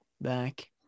back